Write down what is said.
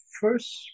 first